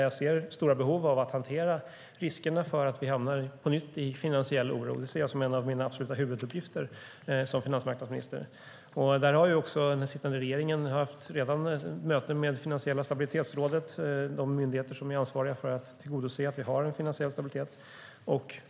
Jag ser stora behov av att hantera riskerna för att vi på nytt hamnar i finansiell oro. Det ser jag som en av mina absoluta huvuduppgifter som finansmarknadsminister. Den sittande regeringen har redan haft möten med Finansiella stabilitetsrådet och de myndigheter som är ansvariga för att tillgodose att vi har en finansiell stabilitet.